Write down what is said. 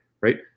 right